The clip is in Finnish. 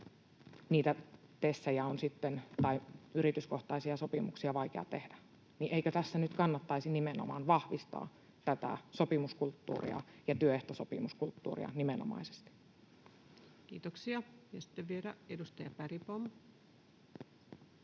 niitä TESejä tai yrityskohtaisia sopimuksia on vaikea tehdä? Eikö tässä nyt kannattaisi nimenomaisesti vahvistaa tätä sopimuskulttuuria ja työehtosopimuskulttuuria? Kiitoksia. — Ja sitten vielä edustaja Bergbom.